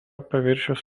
paviršius